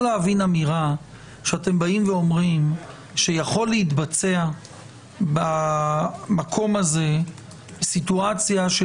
אמירה שאתם באים ואומרים שיכולה להתבצע במקום הזה סיטואציה של